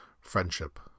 Friendship